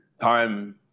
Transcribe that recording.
time